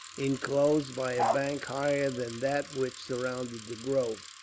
inclosed by a bank higher than that which surrounded the grove.